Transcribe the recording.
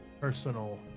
personal